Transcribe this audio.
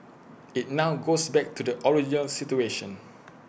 IT now goes back to the original situation